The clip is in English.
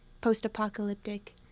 post-apocalyptic